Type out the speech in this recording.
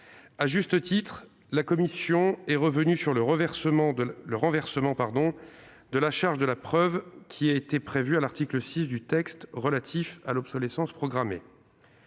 À juste titre, la commission est revenue sur le renversement de la charge de la preuve prévu à l'article 6 du texte relatif à l'obsolescence programmée.